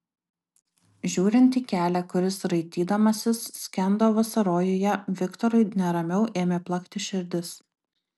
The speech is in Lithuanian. žiūrint į kelią kuris raitydamasis skendo vasarojuje viktorui neramiau ėmė plakti širdis